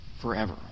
forever